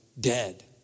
dead